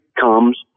comes